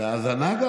גם בהאזנה?